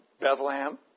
Bethlehem